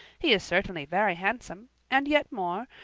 he is certainly very handsome and yet more,